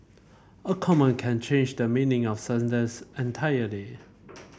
a comma can change the meaning of sentence entirely